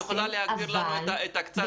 את יכולה להגדיר לנו כמה זמן?